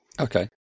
okay